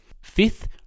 Fifth